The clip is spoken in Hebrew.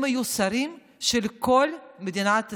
הם יהיו שרים של כל מדינת ישראל,